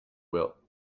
will